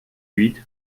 huit